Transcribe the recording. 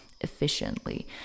efficiently